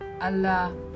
Allah